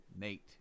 Nate